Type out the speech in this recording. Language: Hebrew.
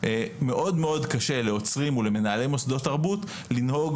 מאוד מאוד קשה לאוצרים ולמנהלי מוסדות תרבות לנהוג